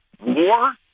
War